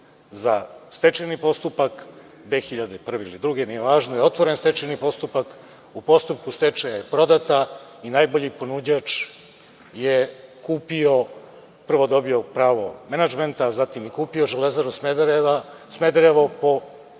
za stečajni postupak, 2001. ili 2002. godine, nije važno, otvoren je stečajni postupak, u postupku stečaja je prodata i najbolji ponuđač je kupio, prvo dobio pravo menadžmenta, a zatim i kupio „Železaru“ Smederevo po